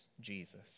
Jesus